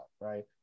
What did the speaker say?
right